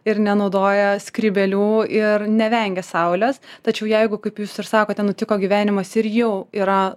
ir nenaudoja skrybėlių ir nevengia saulės tačiau jeigu kaip jūs ir sakote nutiko gyvenimas ir jau yra